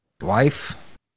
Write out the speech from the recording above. wife